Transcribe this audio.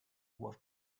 was